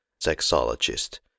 sexologist